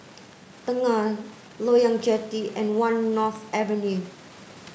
Tengah Loyang Jetty and One North Avenue